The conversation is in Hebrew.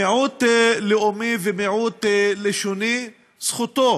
מיעוט לאומי, ומיעוט לשוני, זכותו